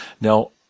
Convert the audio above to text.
Now